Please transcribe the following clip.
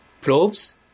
probes